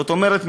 זאת אומרת,